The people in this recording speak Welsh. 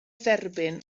dderbyn